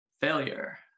Failure